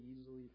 easily